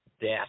death